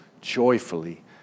joyfully